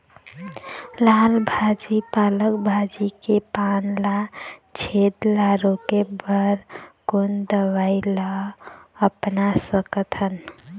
लाल भाजी पालक भाजी के पान मा छेद ला रोके बर कोन दवई ला अपना सकथन?